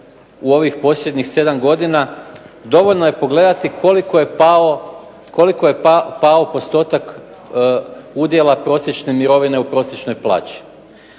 u ovih posljednjih 7 godina, dovoljno je vidjeti koliko je pao postotak udjela prosječne mirovine od prosječne plaće.